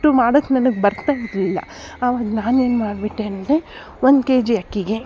ಮಾಡೊಕ್ಕೆ ನನಗೆ ಬರ್ತಾ ಇರಲಿಲ್ಲ ಆವಾಗ ನಾನೇನು ಮಾಡಿಬಿಟ್ಟೆ ಅಂದರೆ ಒಂದು ಕೆ ಜಿ ಅಕ್ಕಿಗೆ